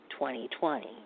2020